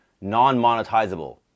non-monetizable